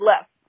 left